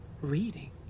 reading